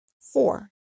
Four